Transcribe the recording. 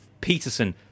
peterson